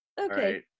Okay